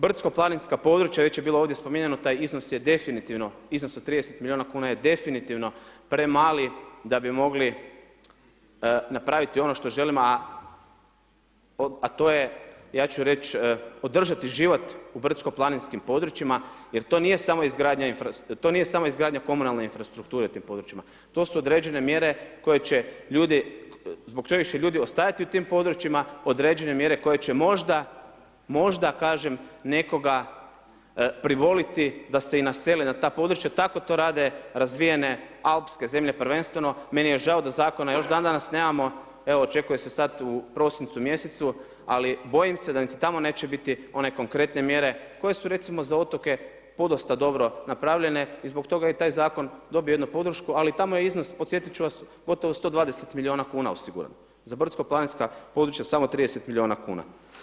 Brdsko-planinska područja, već je bilo ovdje spominjano, taj iznos je definitivno, iznos od 30 milijuna kuna je definitivno premali da bi mogli napraviti ono što želimo, a to je, ja ću reć' održati život u brdsko-planinskim područjima, jer to nije samo izgradnja infrastrukture, to nije samo izgradnja komunalne infrastrukture u tim područjima, to su određene mjere koje će ljudi, zbog kojih se ljudi ostajati u tim područjima, određen mjere koje će možda, možda kažem nekoga privoliti da se i naseli na ta područja, tako to rade razvijene, alpske zemlje prvenstveno, meni je žao da Zakona još dan danas nemamo, evo očekuje se sad u prosincu mjesecu, ali bojim se da niti tamo neće biti one konkretne mjere koje su recimo za otoke podosta dobro napravljene, i zbog toga je taj Zakon dobio jednu podršku, ali je tamo iznos, podsjetit ću vas, gotovo 120 milijuna kuna osiguran, za brdsko-planinska područja samo 30 milijuna kuna.